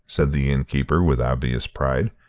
said the inn-keeper with obvious pride.